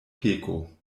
peko